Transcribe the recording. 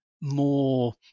more